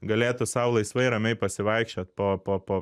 galėtų sau laisvai ramiai pasivaikščiot po po po